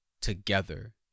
together